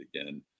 again